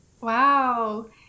Wow